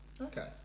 Okay